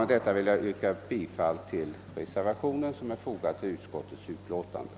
Med detta vill jag yrka bifall till reservationen, som är fogad till utskottsutlåtandet.